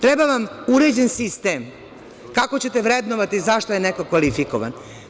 Treba vam uređen sistem kako ćete vrednovati za šta je neko kvalifikovan.